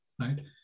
right